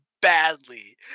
badly